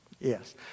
yes